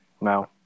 No